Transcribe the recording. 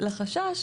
לחשש,